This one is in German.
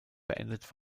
beendet